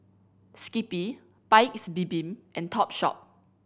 Skippy Paik's Bibim and Topshop